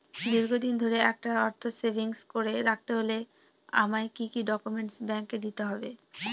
দীর্ঘদিন ধরে একটা অর্থ সেভিংস করে রাখতে হলে আমায় কি কি ডক্যুমেন্ট ব্যাংকে দিতে হবে?